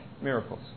Miracles